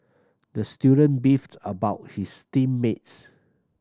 the student beefed about his team mates